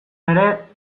ere